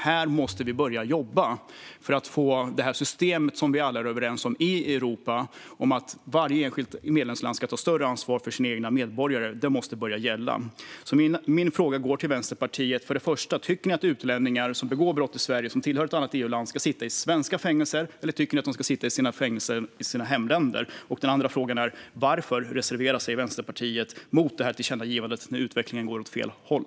Vi måste jobba för att få det här systemet, som vi alla är överens om i Europa om att varje enskilt medlemsland ska ta större ansvar för sina egna medborgare, att börja gälla. Mina frågor till Vänsterpartiet är: Tycker ni att utlänningar som begår brott i Sverige och som tillhör ett annat EU-land ska sitta i svenska fängelser, eller tycker ni att de ska sitta i fängelser i hemländerna? Och varför reserverar sig Vänsterpartiet mot det här tillkännagivandet när utvecklingen går åt fel håll?